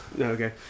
Okay